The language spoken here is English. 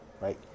right